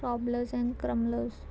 prowlers and crumblers